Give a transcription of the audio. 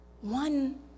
one